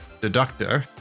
deductor